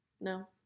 No